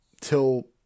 Till